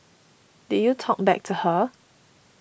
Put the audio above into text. did you talk back to her